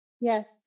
Yes